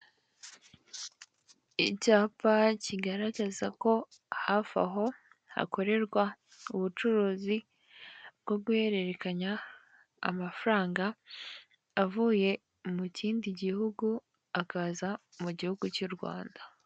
Icyapa kigaragaza ko hafi aho hakorerwa ubucuruzi bwo guhererekanya amafaranga avuye mu kindi gihugu akaza mu gihugu cy'u Rwanda.